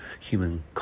human